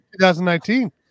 2019